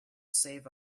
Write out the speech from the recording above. save